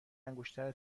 انگشتر